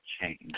change